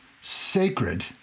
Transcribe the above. sacred